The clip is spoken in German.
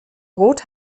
roth